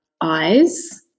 eyes